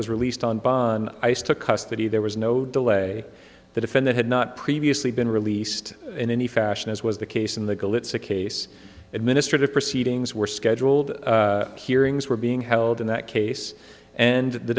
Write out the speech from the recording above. was released on bond ice took custody there was no delay the defendant had not previously been released in any fashion as was the case in the glitz a case administrative proceedings were scheduled hearings were being held in that case and the